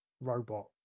robot